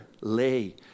lay